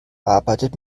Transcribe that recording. arbeitet